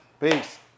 Peace